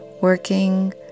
working